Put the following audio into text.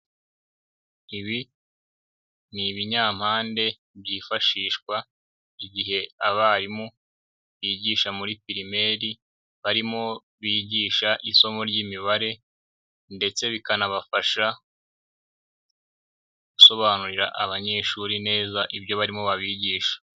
Ibi ni ibinyampande byifashishwa igihe abarimu bigisha muri pirimaire barimo bigisha isomo ry'imibare, ndetse bikanabafasha gusobanurira abanyeshuri neza ibyo barimo babigisha.